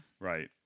Right